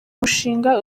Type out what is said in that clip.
mushinga